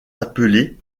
appelés